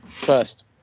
First